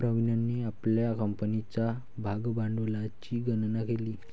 प्रवीणने आपल्या कंपनीच्या भागभांडवलाची गणना केली